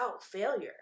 failure